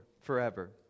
forever